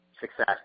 success